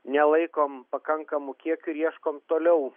nelaikom pakankamu kiekiu ir ieškom toliau